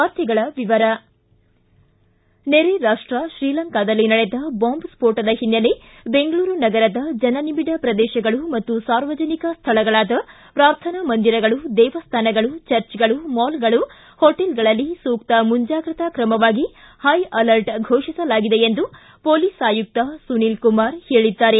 ವಾರ್ತೆಗಳ ವಿವರ ನೆರೆ ರಾಷ್ಟ ಶ್ರೀಲಂಕಾದಲ್ಲಿ ನಡೆದ ಬಾಂಬ್ ಸ್ಕೋಟದ ಹಿನ್ನೆಲೆ ಬೆಂಗಳೂರು ನಗರದ ಜನನಿಬಿಡ ಪ್ರದೇಶಗಳು ಮತ್ತು ಸಾರ್ವಜನಿಕ ಸ್ಥಳಗಳಾದ ಪ್ರಾರ್ಥನಾ ಮಂದಿರಗಳು ದೇವಸ್ಥಾನಗಳು ಚರ್ಚ್ಗಳು ಮಾಲ್ಗಳು ಹೋಟೆಲ್ಗಳಲ್ಲಿ ಸೂಕ್ತ ಮುಂಜಾಗ್ರತಾ ಕ್ರಮವಾಗಿ ಹೈ ಅಲರ್ಟ್ ಫೋಷಿಸಲಾಗಿದೆ ಎಂದು ಹೊಲೀಸ್ ಆಯುಕ್ತ ಸುನೀಲ್ ಕುಮಾರ ಹೇಳಿದ್ದಾರೆ